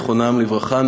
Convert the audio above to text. זיכרונם לברכה,